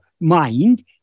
mind